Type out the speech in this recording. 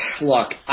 Look